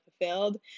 fulfilled